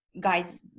guides